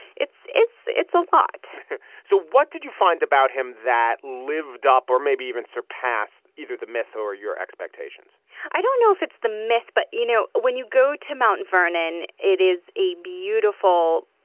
it's it's it's a lot so what did you find about him that lived up or maybe even surpassed either the myth or your expectations? i don't know if it's the myth, but, you know, when you go to mt. and vernon, it is a beautiful,